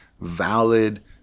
valid